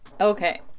Okay